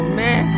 Man